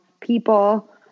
people